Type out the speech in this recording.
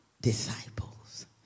disciples